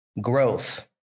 growth